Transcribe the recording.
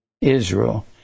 Israel